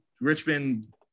Richmond